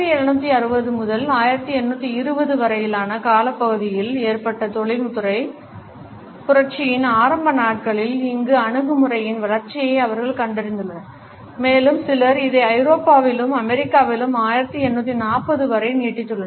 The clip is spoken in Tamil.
1760 முதல் 1820 வரையிலான காலப்பகுதியில் ஏற்பட்ட தொழில்துறை புரட்சியின் ஆரம்ப நாட்களில் இந்த அணுகுமுறையின் வளர்ச்சியை அவர் கண்டறிந்துள்ளார் மேலும் சிலர் இதை ஐரோப்பாவிலும் அமெரிக்காவிலும் 1840 வரை நீட்டித்துள்ளனர்